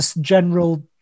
general